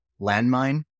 landmine